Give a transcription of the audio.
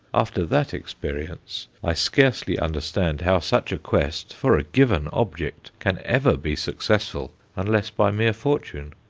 after that experience i scarcely understand how such a quest, for a given object, can ever be successful unless by mere fortune.